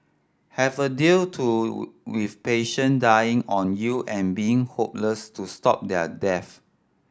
have a deal to with patient dying on you and being hopeless to stop their deaths